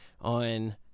on